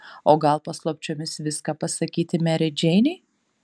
o gal paslapčiomis viską pasakyti merei džeinei